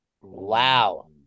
Wow